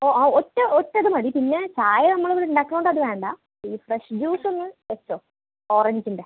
ഓ ആ ഒറ്റ ഒറ്റിത് മതി പിന്നെ ചായ നമ്മളിവിടെ ഉണ്ടാക്കുന്നത് കൊണ്ടത് വേണ്ട ഈ ഫ്രഷ് ജ്യൂസൊന്ന് വെച്ചോ ഓറഞ്ചിൻ്റെ